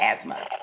asthma